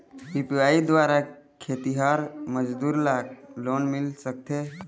UPI द्वारा खेतीहर मजदूर ला लोन मिल सकथे?